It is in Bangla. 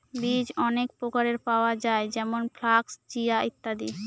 বীজ অনেক প্রকারের পাওয়া যায় যেমন ফ্লাক্স, চিয়া, ইত্যাদি